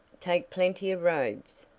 take plenty of robes,